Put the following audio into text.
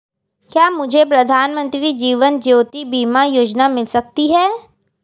क्या मुझे प्रधानमंत्री जीवन ज्योति बीमा योजना मिल सकती है?